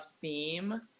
theme